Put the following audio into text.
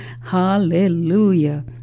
Hallelujah